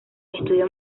estudió